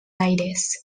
aires